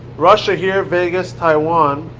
russia here. vegas. taiwan.